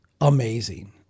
amazing